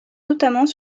notamment